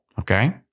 okay